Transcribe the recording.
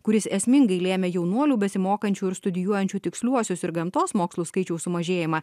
kuris esmingai lėmė jaunuolių besimokančių ir studijuojančių tiksliuosius ir gamtos mokslus skaičiaus sumažėjimą